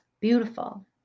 beautiful